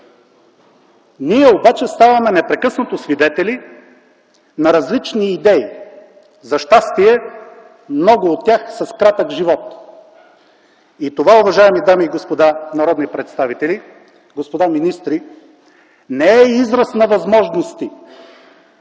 Ние обаче ставаме непрекъснато свидетели на различни идеи, за щастие много от тях с кратък живот, и това, уважаеми дами и господа народни представители, господа министри, не е израз на възможности,